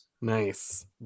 nice